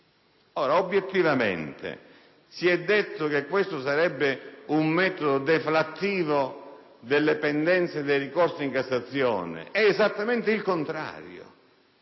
l'udienza. Si è detto che questo sarebbe un metodo deflattivo delle pendenze dei ricorsi in Cassazione: è esattamente il contrario.